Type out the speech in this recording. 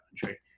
country